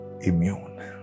immune